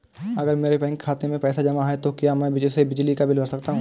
अगर मेरे बैंक खाते में पैसे जमा है तो क्या मैं उसे बिजली का बिल भर सकता हूं?